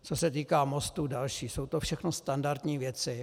Co se týká mostů, jsou to všechno standardní věci.